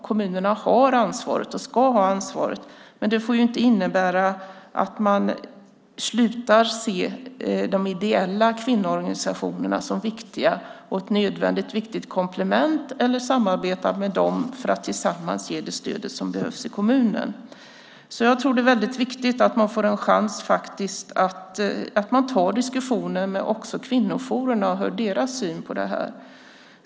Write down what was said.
Kommunerna har och ska ha ansvaret, men det får inte innebära att man slutar se de ideella kvinnoorganisationerna som viktiga och ett nödvändigt komplement samt att man samarbetar med dem för att tillsammans ge det stöd som behövs i kommunen. Jag tror alltså att det är viktigt att man för diskussionen även med kvinnojourerna, för att få deras syn på detta.